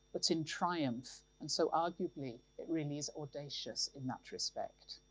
but in triumph. and so, arguably, it really is audacious in that respect.